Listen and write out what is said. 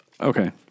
okay